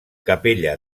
capella